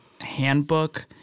handbook